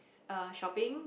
uh shopping